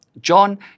John